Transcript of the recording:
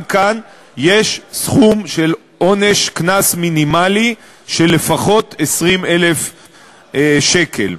גם כאן יש סכום של עונש קנס מינימלי, 20,000 שקל.